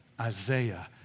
Isaiah